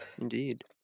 Indeed